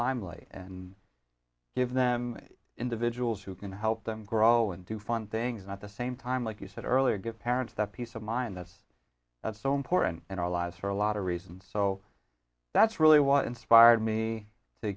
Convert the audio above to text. limelight and give them individuals who can help them grow and do fun things and at the same time like you said earlier give parents that peace of mind as that's so important in our lives for a lot of reasons so that's really what inspired me to